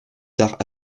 tard